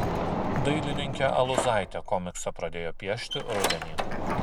dailininkė aluzaitė komiksą pradėjo piešti rudenį